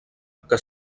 que